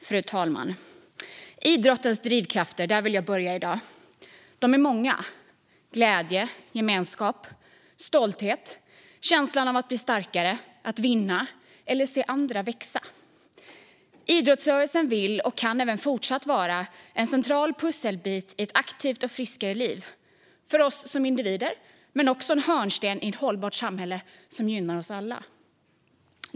Fru talman! Jag vill i dag börja med att tala om idrottens drivkrafter. De är många. Det är glädje, gemenskap, stolthet, känslan av att bli starkare, att vinna eller att se andra växa. Idrottsrörelsen vill och kan även fortsatt vara en central pusselbit i ett aktivt och friskare liv för oss som individer. Men den är också en hörnsten i ett hållbart samhälle som gynnar oss alla.